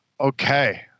Okay